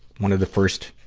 one of the first,